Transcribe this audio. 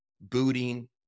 booting